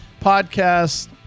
podcast